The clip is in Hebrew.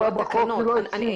זה נקבע בחוק כי לא הקשיבו,